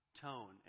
tone